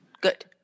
Good